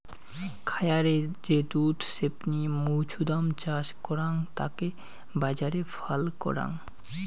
খায়ারে যে দুধ ছেপনি মৌছুদাম চাষ করাং তাকে বাজারে ফাল করাং